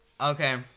Okay